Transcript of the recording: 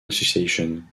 association